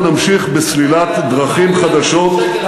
אנחנו נמשיך בסלילת דרכים חדשות, מה עם "טבע"?